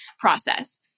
process